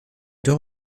deux